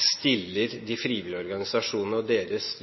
stiller de frivillige organisasjonene og deres